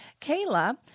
Kayla